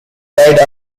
guide